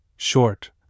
Short